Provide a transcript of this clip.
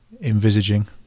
envisaging